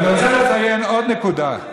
ואני רוצה לציין עוד נקודה.